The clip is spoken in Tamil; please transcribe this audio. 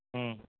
ம்